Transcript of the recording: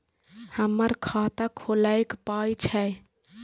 हमर खाता खौलैक पाय छै